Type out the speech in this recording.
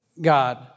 God